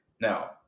Now